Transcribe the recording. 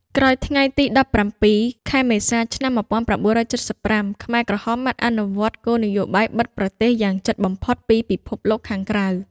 ក្រោយថ្ងៃទី១៧ ខែមេសា ឆ្នាំ១៩៧៥ ខ្មែរក្រហមបានអនុវត្តគោលនយោបាយបិទប្រទេសយ៉ាងជិតបំផុតពីពិភពលោកខាងក្រៅ។